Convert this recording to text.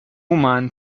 woman